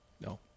No